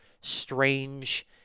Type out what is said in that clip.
strange